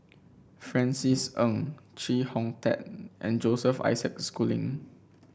Francis Ng Chee Hong Tat and Joseph Isaac Schooling